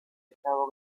estado